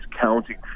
counting